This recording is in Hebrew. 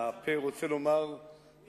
הפה רוצה לומר,